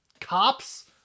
cops